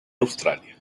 australia